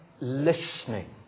listening